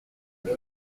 fais